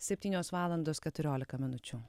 septynios valandos keturiolika minučių